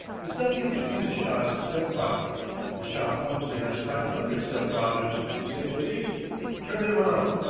it's nothing to be the shah's step-father the shah probably has five hundred step-father's, to say the least turn him out.